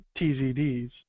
TZDs